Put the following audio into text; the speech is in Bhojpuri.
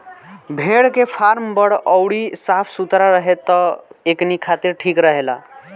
भेड़ के फार्म बड़ अउरी साफ सुथरा रहे त एकनी खातिर ठीक रहेला